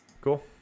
Cool